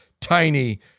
tiny